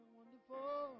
wonderful